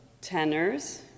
tenors